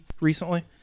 recently